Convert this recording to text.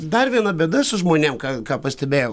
dar viena bėda su žmonėm ką ką pastebėjau